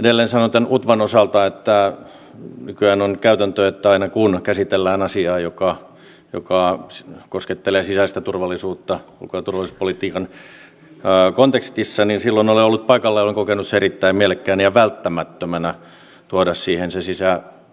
edelleen sanon tämän utvan osalta että nykyään on käytäntö että aina kun käsitellään asiaa joka koskettelee sisäistä turvallisuutta ulko ja turvallisuuspolitiikan kontekstissa niin olen ollut paikalla ja olen kokenut erittäin mielekkäänä ja välttämättömänä tuoda